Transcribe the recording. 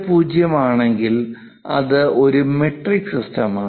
50 ആണെങ്കിൽ അത് ഒരു മെട്രിക് സിസ്റ്റമാണ്